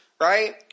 right